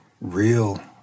real